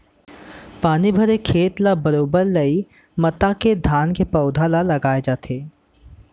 पानी भरे खेत ल बरोबर लई मता के धान के पउधा ल लगाय जाथे